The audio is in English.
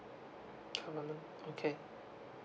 uh okay